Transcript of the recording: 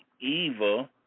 evil